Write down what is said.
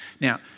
Now